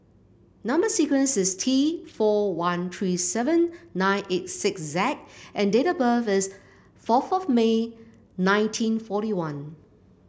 number sequence is T four one three seven nine eight six Z and date of birth is fourth of May nineteen forty one